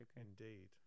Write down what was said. indeed